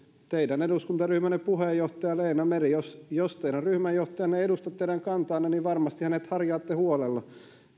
teidän eduskuntaryhmänne puheenjohtaja leena meri jos jos teidän ryhmänjohtajanne ei edusta teidän kantaanne niin varmasti hänet harjaatte huolella